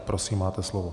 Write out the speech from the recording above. Prosím, máte slovo.